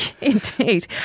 Indeed